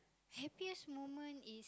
happiest moment is